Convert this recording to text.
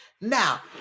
Now